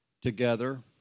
together